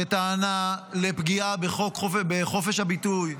שטענה לפגיעה בחופש הביטוי,